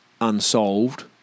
unsolved